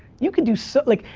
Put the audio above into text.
you can do so, like,